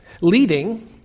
Leading